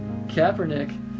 Kaepernick